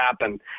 happen